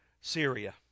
Syria